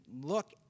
look